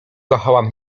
kochałam